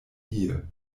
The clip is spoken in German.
hier